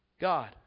God